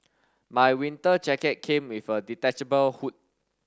my winter jacket came with a detachable hood